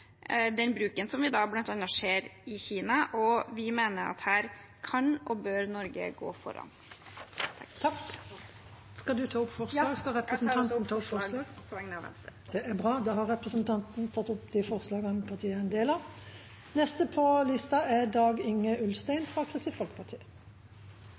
den bruken som vi bl.a. ser i Kina, og vi mener at her kan og bør Norge gå foran. Jeg vil ta opp forslagene fra Kristelig Folkeparti og Venstre. Representanten Guri Melby har tatt opp de forslagene hun refererte til. Kristelig Folkeparti har